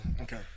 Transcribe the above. Okay